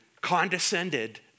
condescended